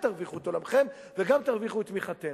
תרוויחו את עולמכם וגם תרוויחו את תמיכתנו.